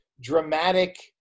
dramatic